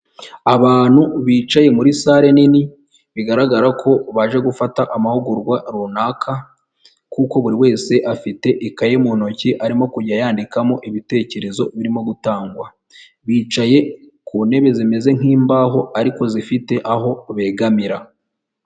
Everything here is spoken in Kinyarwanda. Abantu bicaye muri salle nini, bigaragara ko baje gufata amahugurwa runaka, kuko buri wese afite ikaye mu ntoki arimo kujya yandikamo ibitekerezo birimo gutangwa, bicaye ku ntebe zimeze nk'imbaho ariko zifite aho begamira.